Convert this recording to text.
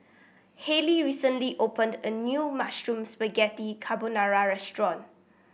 Hayley recently opened a new Mushroom Spaghetti Carbonara Restaurant